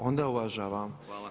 Onda uvažavam.